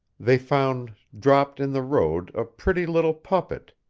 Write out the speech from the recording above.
they found dropped in the road a pretty little puppet,